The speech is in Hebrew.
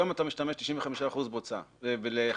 היום אתה משתמש ב-95 אחוזים בוצה לחקלאות.